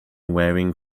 wearing